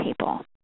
people